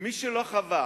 מי שלא חווה